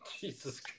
Jesus